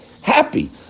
Happy